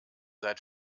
seid